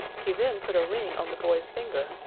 he then put a ring on the boy's finger,